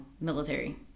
military